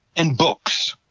and books,